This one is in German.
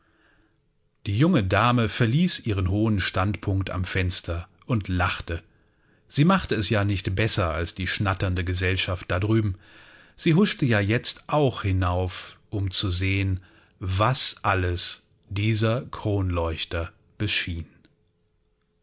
die junge dame verließ ihren hohen standpunkt am fenster und lachte sie machte es ja nicht besser als die schnatternde gesellschaft da drüben sie huschte ja jetzt auch hinauf um zu sehen was alles dieser kronleuchter beschien